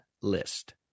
list